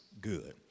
good